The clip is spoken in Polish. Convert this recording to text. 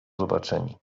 zobaczeni